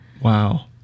Wow